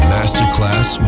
Masterclass